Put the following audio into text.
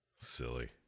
Silly